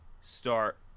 start